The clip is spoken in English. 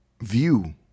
view